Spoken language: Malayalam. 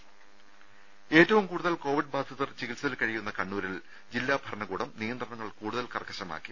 രുര ഏറ്റവും കൂടുതൽ കോവിഡ് ബാധിതർ ചികിത്സയിൽ കഴിയുന്ന കണ്ണൂരിൽ ജില്ലാ ഭരണകൂടം നിയന്ത്രണങ്ങൾ കൂടുതൽ കർക്കശമാക്കി